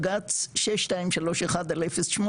בג"צ 6231/08,